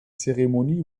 zeremonie